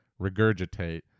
regurgitate